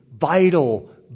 vital